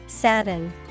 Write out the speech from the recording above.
Sadden